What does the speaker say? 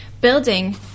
building